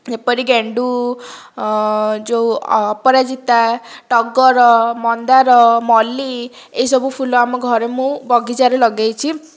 ଯେପରି ଗେଣ୍ଡୁ ଯେଉଁ ଅପରାଜିତା ଟଗର ମନ୍ଦାର ମଲ୍ଲି ଏଇ ସବୁ ଫୁଲ ଆମ ଘରେ ମୁଁ ବଗିଚାରେ ଲଗେଇଛି